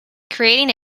creating